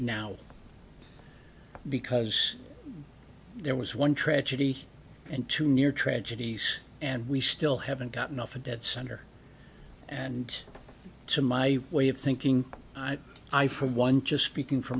now because there was one tragedy and two near tragedies and we still haven't got enough of that center and to my way of thinking i for one just speaking for